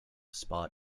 spot